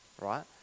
right